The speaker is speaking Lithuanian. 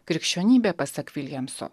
krikščionybė pasak viljamso